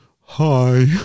hi